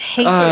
Hate